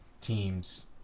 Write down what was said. teams